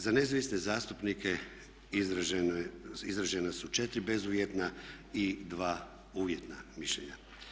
Za nezavisne zastupnike izražena su 4 bezuvjetna i 2 uvjetna mišljenja.